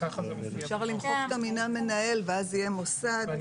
אפשר למחוק את המילה מנהל ואז זה יהיה מוסד לא יאפשר.